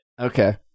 Okay